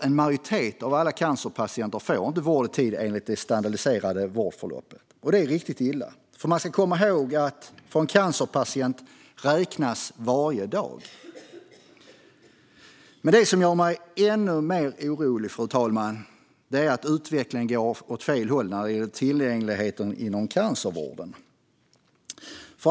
En majoritet av alla cancerpatienter får nämligen inte vård i tid enligt det standardiserade vårdförloppet. Det är riktigt illa, för man ska komma ihåg att varje dag räknas för en cancerpatient. Det som gör mig ännu mer orolig, fru talman, är dock att utvecklingen går åt fel håll när det gäller tillgängligheten inom cancervården.